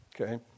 Okay